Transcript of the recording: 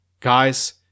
Guys